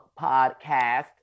Podcast